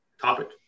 topic